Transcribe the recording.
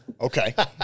Okay